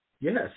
Yes